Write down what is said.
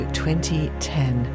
2010